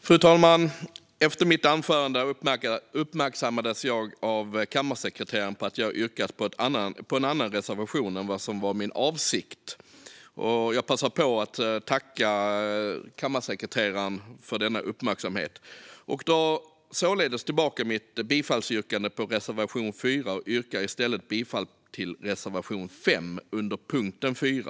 Fru talman! Efter mitt anförande uppmärksammades jag av kammarsekreteraren på att jag yrkat bifall till en annan reservation än vad som var min avsikt. Jag passar på att tacka kammarsekreteraren för denna uppmärksamhet. Jag drar således tillbaka mitt bifallsyrkande avseende reservation 4 och yrkar i stället bifall till reservation 5 under punkt 4.